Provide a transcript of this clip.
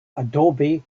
adobe